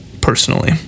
personally